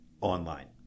online